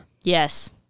Yes